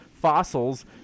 fossils